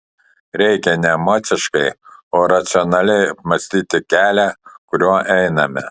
reikia ne emociškai o racionaliai apmąstyti kelią kuriuo einame